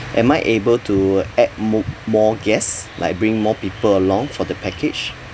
am I able to uh add more more guests like bring more people along for the package